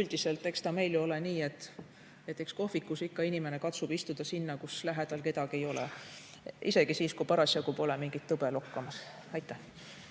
Üldiselt eks meil ole ju ka nii, et kohvikus inimene katsub istuda ikka sinna, kus lähedal kedagi ei ole, isegi siis, kui parasjagu pole mingit tõbe lokkamas. Maris